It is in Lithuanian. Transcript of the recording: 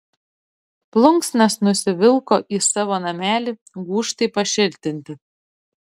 plunksnas nusivilko į savo namelį gūžtai pašiltinti